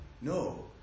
No